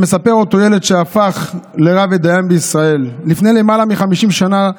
שמספר אותו ילד שהפך לרב ודיין בישראל: לפני למעלה מ-50 שנה,